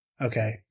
okay